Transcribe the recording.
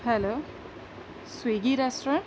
hello Swiggy restaurant